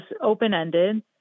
open-ended